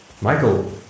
Michael